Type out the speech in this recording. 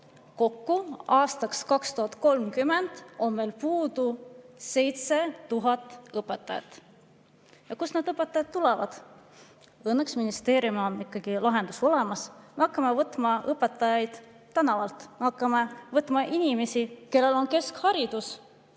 Kokku on aastaks 2030 meil puudu 7000 õpetajat. Kust need õpetajad tulevad? Õnneks on ministeeriumil ikkagi lahendus olemas. Me hakkame võtma õpetajaid tänavalt, hakkame võtma inimesi, kellel on keskharidus,